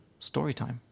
Storytime